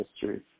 history